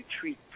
treat